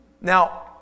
Now